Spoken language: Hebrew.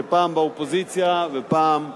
שפעם הוא באופוזיציה ופעם הוא